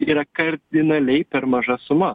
yra kardinaliai per maža suma